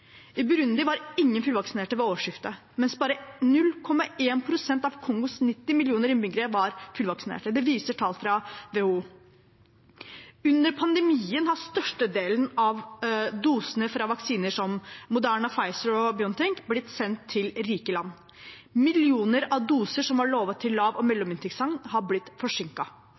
I Burundi var ingen fullvaksinert ved årsskiftet, mens bare 0,1 pst. av Kongos 90 millioner innbyggere var fullvaksinert. Det viser tall fra WHO. Under pandemien har størstedelen av dosene av vaksiner som Moderna og Pfizer/BioNTech, blitt sendt til rike land. Millioner av doser som var lovet til lav- og mellominntektsland, har blitt